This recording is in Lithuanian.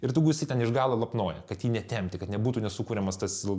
ir tu būsi ten iš galo lapnoji kad jį netempti kad nebūtų nesukuriamas tas il